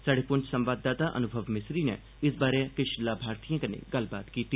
स्हाड़े पुंछ संवाददाता अनुभव मिसरी नै इस बारै किश लाभार्थिएं कन्नै गल्लबात कीती